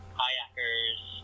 kayakers